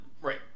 Right